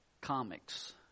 comics